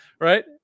right